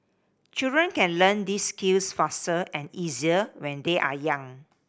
children can learn these skills faster and easier when they are young